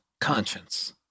conscience